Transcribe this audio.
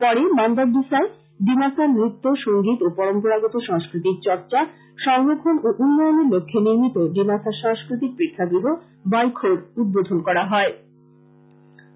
পরে মান্দারডিসায় ডিমাসা নত্য সঙ্গীত ও পরম্পরাগত সংস্কতির চর্চা সংরক্ষণ ও উন্নয়নের লক্ষ্যে নির্মিত ডিমাসা সাংস্কৃতিক প্রেক্ষাগৃহ বাইখো র উদ্বোধন করা হয়